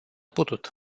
putut